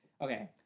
Okay